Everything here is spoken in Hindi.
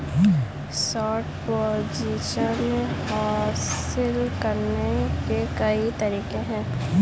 शॉर्ट पोजीशन हासिल करने के कई तरीके हैं